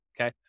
Okay